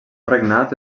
regnat